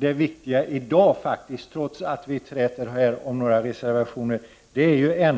Det viktiga i dag är, trots att vi träter om några reservationer,